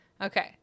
Okay